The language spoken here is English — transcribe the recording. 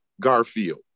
Garfield